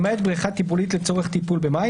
למעט בריכה טיפולית לצורך טיפול במים,